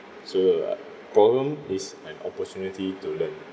so problem is an opportunity to learn